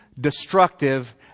destructive